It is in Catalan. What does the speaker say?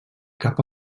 cap